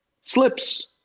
slips